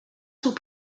sont